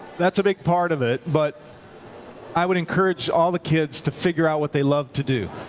that's a big part of it. but i would encourage all the kids to figure out what they love to do.